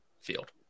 field